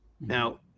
Now